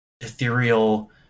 ethereal